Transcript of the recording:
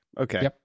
Okay